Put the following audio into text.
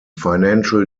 financial